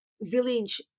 village